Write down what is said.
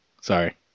Sorry